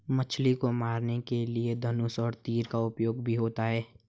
मछली को मारने के लिए धनुष और तीर का उपयोग भी होता है